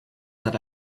that